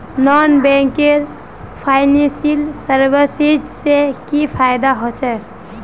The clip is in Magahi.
नॉन बैंकिंग फाइनेंशियल सर्विसेज से की फायदा होचे?